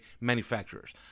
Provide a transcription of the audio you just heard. manufacturers